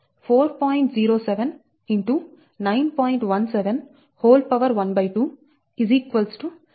1712 6